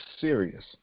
serious